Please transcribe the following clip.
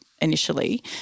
initially